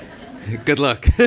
good luck.